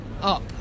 up